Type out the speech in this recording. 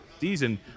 season